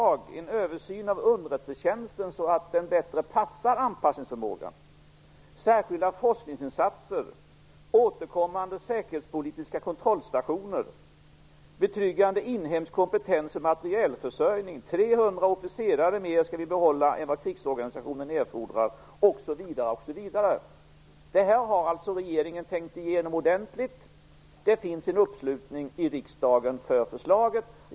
Det handlar om en översyn av underrättelsetjänsten så att den bättre passar anpassningsförmågan, särskilda forskningsinsatser, återkommande säkerhetspolitiska kontrollstationer och en betryggande inhemsk kompetens och matrielförsörjning. Vi skall behålla 300 officerare mer än vad krigsorganisationen erfordrar osv. Detta har regeringen tänkt igenom ordentligt. Det finns en uppslutning i riksdagen för förslaget.